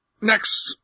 Next